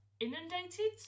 inundated